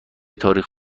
تاریخ